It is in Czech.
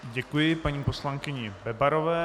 Děkuji paní poslankyni Bebarové.